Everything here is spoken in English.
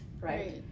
right